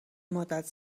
مدت